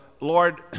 Lord